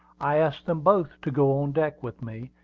i asked them both to go on deck with me,